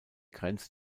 grenze